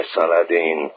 Saladin